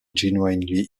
genuinely